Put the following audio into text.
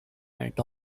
went